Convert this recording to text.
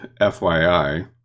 FYI